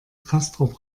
castrop